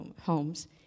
homes